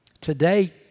Today